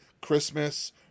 christmas